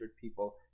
people